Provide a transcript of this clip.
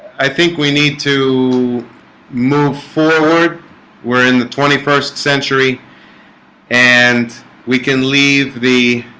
i think we need to move forward we're in the twenty first century and we can leave the